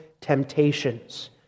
temptations